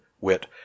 wit